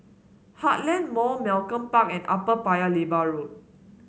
Heartland Mall Malcolm Park and Upper Paya Lebar Road